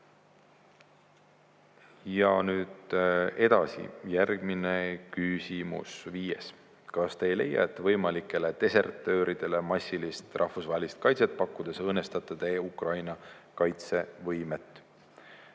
Ja nüüd järgmine küsimus, viies: "Kas te ei leia, et võimalikele desertööridele massiliselt rahvusvahelist kaitset pakkudes õõnestate te Ukraina kaitsevõimet?"